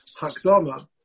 Hakdama